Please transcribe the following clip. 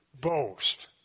boast